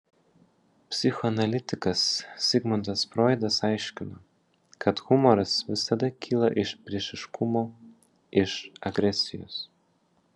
psichoanalitikas zigmundas froidas aiškino kad humoras visada kyla iš priešiškumo iš agresijos